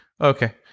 Okay